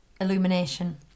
illumination